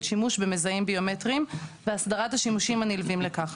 שימוש במזהים ביומטריים והסדרת השימושים הנלווים לכך.